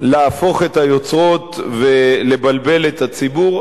להפוך את היוצרות ולבלבל את הציבור,